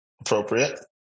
appropriate